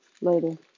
Later